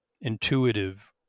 intuitive